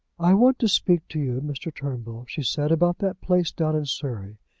i want to speak to you, mr. turnbull, she said, about that place down in surrey.